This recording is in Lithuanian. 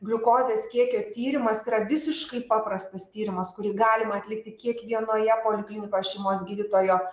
gliukozės kiekio tyrimas yra visiškai paprastas tyrimas kurį galima atlikti kiekvienoje poliklinikos šeimos gydytojo